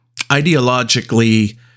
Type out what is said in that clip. ideologically